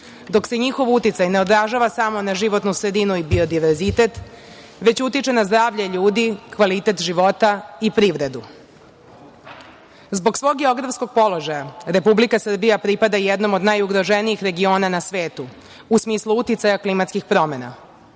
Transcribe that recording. dok se njihov uticaj ne odražava samo na životnu sredinu i biodiverzitet, već utiče i na zdravlje ljudi, kvalitet života i privredu. Zbog svog geografskog položaja Republika Srbija pripada jednom od najugroženijih regiona na svetu, u smislu uticaja klimatskih promena.